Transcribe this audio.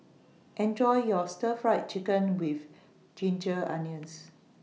Enjoy your Stir Fried Chicken with Ginger Onions